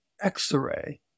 x-ray